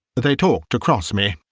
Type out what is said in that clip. they talked across me,